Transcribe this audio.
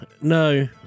no